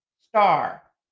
Star